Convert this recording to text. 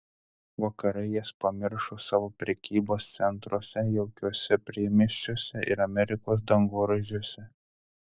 vakarai jas pamiršo savo prekybos centruose jaukiuose priemiesčiuose ir amerikos dangoraižiuose